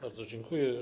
Bardzo dziękuję.